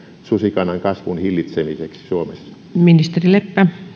susikannan kasvun hillitsemiseksi suomessa